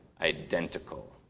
identical